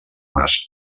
mas